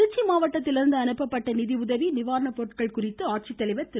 கிருச்சி மாவட்டத்திலிருந்து அனுப்பப்பட்ட நிதியுதவி மற்றம் நிவாரணப்பொருட்கள் குறித்து மாவட்ட ஆட்சித்தலைவர் திரு